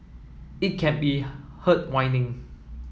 it can be heard whining